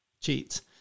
cheats